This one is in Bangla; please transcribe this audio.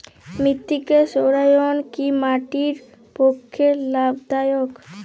মৃত্তিকা সৌরায়ন কি মাটির পক্ষে লাভদায়ক?